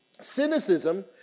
Cynicism